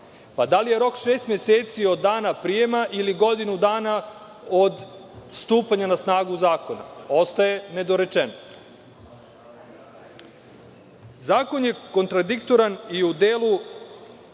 Da li je rok 6 meseci od dana prijema ili godinu dana od stupanja na snagu zakona? Ostaje ovde nedorečeno. Zakon je kontradiktoran i u delu